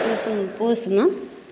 पूसमे पूसमे